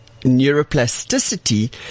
Neuroplasticity